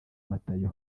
matayo